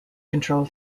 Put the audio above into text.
control